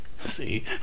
see